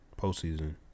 postseason